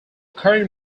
current